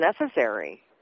necessary